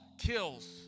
kills